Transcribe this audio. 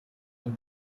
ihm